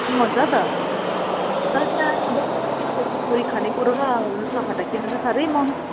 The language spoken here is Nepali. अँ छ त तर त्यहाँ खानेकुरो र लुगाफाटा किन्नु चैँ साह्रै महँगो